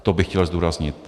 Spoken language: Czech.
To bych chtěl zdůraznit.